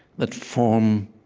that form